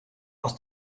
aus